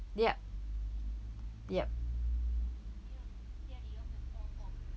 yup yup